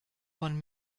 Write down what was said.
von